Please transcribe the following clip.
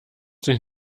sich